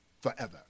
forever